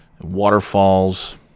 waterfalls